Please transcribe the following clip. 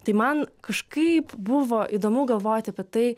tai man kažkaip buvo įdomu galvoti apie tai